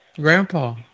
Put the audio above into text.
Grandpa